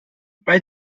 bei